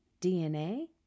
DNA